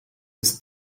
his